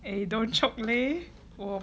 eh don't choke leh